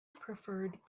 preferred